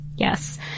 Yes